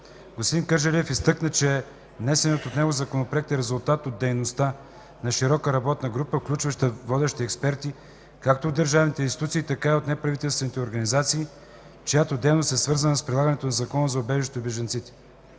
Господин Кърджалиев изтъкна, че внесеният от него Законопроект е резултат от дейността на широка работна група, включваща водещи експерти както от държавните институции, така и от неправителствените организации, чиято дейност е свързана с прилагането на Закона за убежището и бежанците.